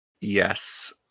Yes